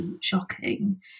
shocking